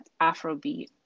Afrobeat